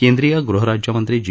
केंद्रीय गृह राज्यमंत्री जी